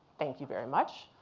thank you very much.